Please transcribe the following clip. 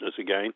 again